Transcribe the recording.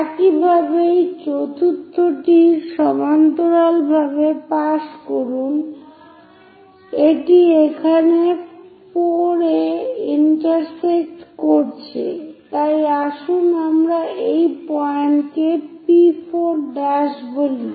একইভাবে এই চতুর্থটির সমান্তরালভাবে পাস করুন এটি এখানে 4 এ ইন্টারসেক্ট করছে তাই আসুন আমরা এই পয়েন্ট কে P4' বলি